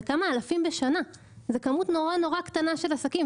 רק כמה אלפים בשנה; זו כמות נורא קטנה של עסקים,